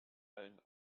allen